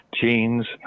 genes